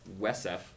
WESF